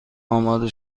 آماده